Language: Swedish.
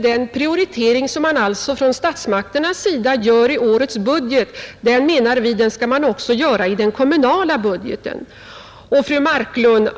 Den prioritering man från statsmakternas sida gör av barntillsynen i årets budget borde ske även i den kommunala budgeten.